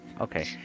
Okay